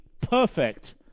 perfect